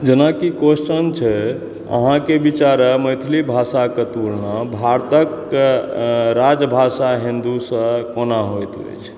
जेनाकि क्वेस्चन छै अहाँके विचारे मैथिली भाषाके तुलना भारतक राजभाषा हिंदी सॅं कोना होयत अछि